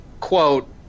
quote